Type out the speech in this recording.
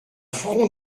front